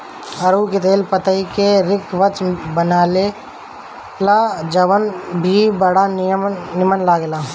अरुई के पतई से रिकवच बनेला जवन की बड़ा निमन लागेला